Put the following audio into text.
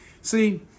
See